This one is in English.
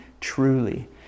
truly